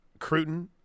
Cruton